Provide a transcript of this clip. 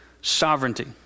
sovereignty